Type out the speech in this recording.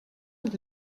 und